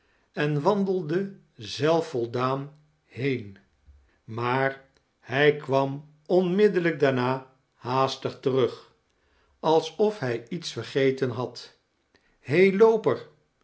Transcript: en wandelde welvoldaan heen maar hij kwam onmiddellijk daarna haastig terug alsof hij iets vergeten had he looper